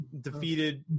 defeated